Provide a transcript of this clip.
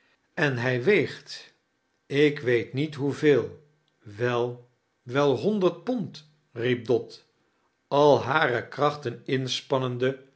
en hij weegt ik weet niet hoeveel wel wel honderd pond riep dot a hare krachten